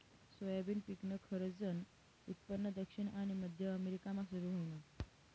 soybean पिकनं खरंजनं उत्पन्न दक्षिण आनी मध्य अमेरिकामा सुरू व्हयनं